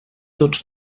tots